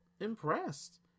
impressed